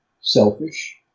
selfish